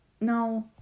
No